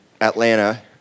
Atlanta